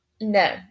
No